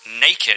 naked